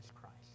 Christ